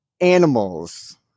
Animals